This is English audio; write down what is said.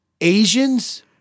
Asians